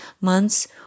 months